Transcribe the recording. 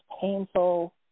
painful